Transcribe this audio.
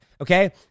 okay